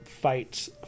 fights